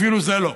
אפילו זה לא.